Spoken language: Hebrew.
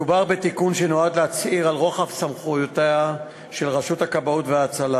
מדובר בתיקון שנועד להצהיר על רוחב סמכויותיה של רשות הכבאות וההצלה